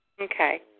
Okay